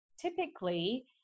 typically